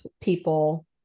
people